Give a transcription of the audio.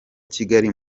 kigali